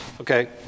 Okay